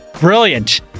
Brilliant